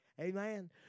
Amen